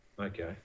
okay